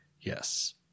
yes